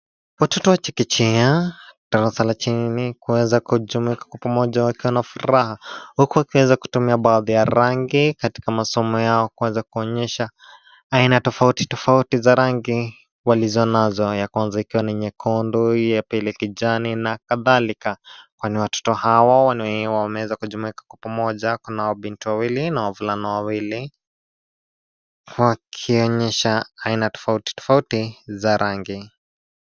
Watoto wa chekechea, wa darasa la chini kuweza kujumuika kwa pamoja wakiwa na furaha, wako wakiweza kutumia baadhi ya rangi katika masomo yao kuweza kuonyesha, aina tofauti tofauti za rangi, walizonazo ya kwanza ikiwa nyekundu, ya pili kijani, na kadhalika, kwani watoto hawa wanuiwa wameweza kujumuika kwa pamoja , kuna wabinti wawili na wavulana wawili, wakionyesha aina tofauti tofauti za rangi.